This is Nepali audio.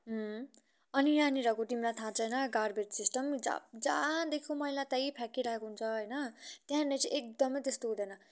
अनि यहाँनिरको तिमीलाई थाहा छैन गार्बेज सिस्टम जहाँ जहाँ देख्यो मैला त्यही फ्याँकिरहेको हुन्छ होइन त्यहाँनिर चाहिँ एकदमै त्यस्तो हुँदैन